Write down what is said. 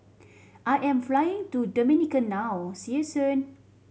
I am flying to Dominica now see you soon